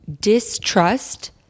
distrust